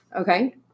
Okay